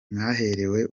mwaherewe